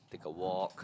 take a walk